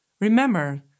Remember